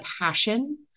passion